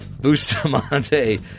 Bustamante